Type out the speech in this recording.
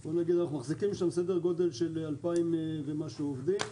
אנחנו מחזיקים סדר גודל של 2,000 ומשהו עובדים